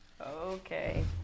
Okay